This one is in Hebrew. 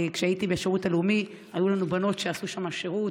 כשהייתי בשירות הלאומי היו לנו בנות שעשו שם שירות,